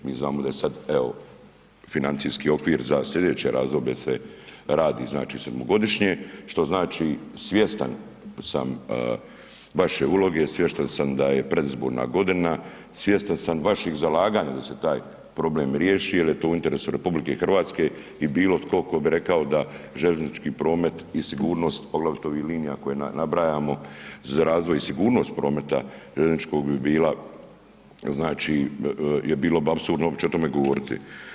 Mi znamo da je sad, evo financijski okvir za slijedeće razdoblje se radi, znači sedmogodišnje, što znači svjestan sam vaše uloge, svjestan sam da je predizborna godina, svjestan sam vaših zalaganja da se taj problem riješi jer je to u interesu RH i bilo tko bi rekao da željeznički promet i sigurnost, poglavito ovih linija koje nabrajamo za razvoj i sigurnost prometa željezničkog bi bila znači je bilo bi apsurdno uopće o tome govoriti.